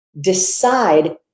decide